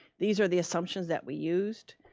these are the assumptions that we used.